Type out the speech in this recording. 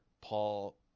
Paul